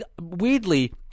weirdly